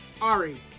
ari